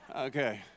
Okay